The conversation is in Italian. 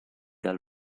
dal